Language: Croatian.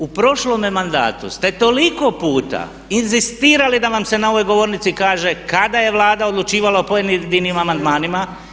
U prošlome mandatu ste toliko puta inzistirali da vam se na ovoj govornici kada je Vlada odlučivala o pojedinim amandmanima.